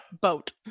boat